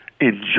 Enjoy